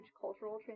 cultural